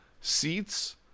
seats